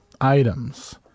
items